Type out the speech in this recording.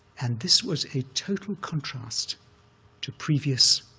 and this was a total contrast to previous